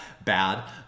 bad